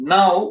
Now